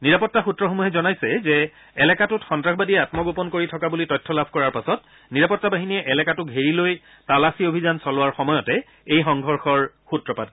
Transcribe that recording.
নিৰাপত্তা সূত্ৰসমূহে জনাইছে যে এলেকাটোত সন্নাসবাদীয়ে আমগোপন কৰি থকা বুলি তথ্য লাভ কৰাৰ পাছত নিৰাপত্তা বাহিনীয়ে এলেকাটো ঘেৰি লৈ তালাচী অভিযান চলোৱাৰ সময়তে এই সংঘৰ্ষৰ সূত্ৰপাত হয়